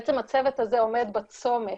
בעצם הצוות הזה עומד בצומת